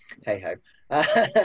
hey-ho